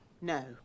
No